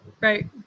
Right